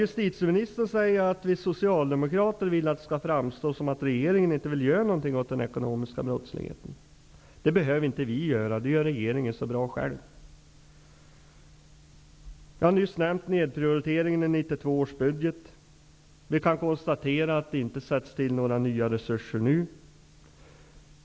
Justitieministern säger att vi socialdemokrater vill att det skall framstå som att regeringen inte gör någonting åt den ekonomiska brottsligheten, men det är inte nödvändigt att vi anstränger oss för det, eftersom regeringen gör det så bra själv. Jag har nyss nämnt nedprioriteringen i 1992 års budget, och vi kan konstatera att det nu inte sätts in några nya resurser.